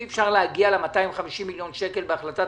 אי אפשר ל-250 מיליון שקלים בהחלטת